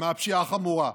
מהפשיעה החמורה.